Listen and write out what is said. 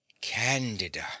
Candida